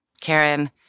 Karen